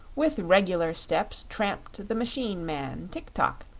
with regular steps tramped the machine-man tik-tok,